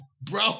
bro